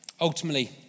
Ultimately